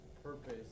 Purpose